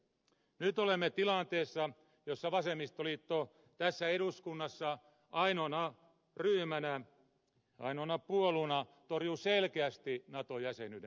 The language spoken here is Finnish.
nyt olemme tilanteessa jossa vasemmistoliitto tässä eduskunnassa ainoana ryhmänä ainoana puolueena torjuu selkeästi nato jäsenyyden